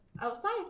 outside